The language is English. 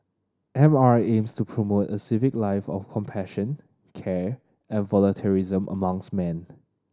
M R aims to promote a civic life of compassion care and volunteerism amongst man